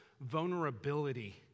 vulnerability